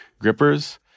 grippers